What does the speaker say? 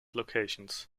locations